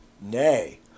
Nay